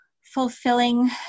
fulfilling